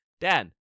Dan